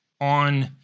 on